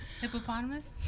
Hippopotamus